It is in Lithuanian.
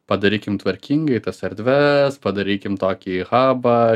padarykim tvarkingai tas erdves padarykim tokį habą